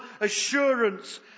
assurance